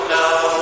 now